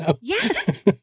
Yes